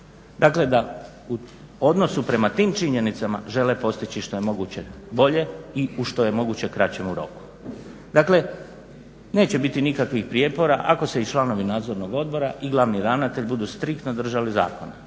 Dakle, da u odnosu prema tim činjenicama žele postići što je moguće bolje i u što je moguće kraćem roku. Dakle, neće biti nikakvih prijepora ako se i članovi Nadzornog odbora i glavni ravnatelj budu striktno držali zakona